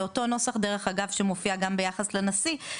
זה אותו נוסח דרך אגב שמופיע גם ביחס לנשיא,